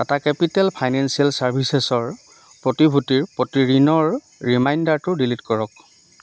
Tata capital financial চাৰ্ভিচেছৰ প্ৰতিভূতিৰ প্ৰতি ঋণৰ ৰিমাইণ্ডাৰটো ডিলিট কৰক